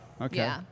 Okay